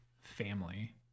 family